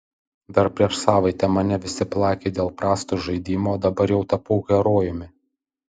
dar prieš savaitę mane visi plakė dėl prasto žaidimo o dabar jau tapau herojumi